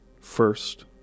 first